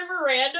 Miranda